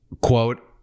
quote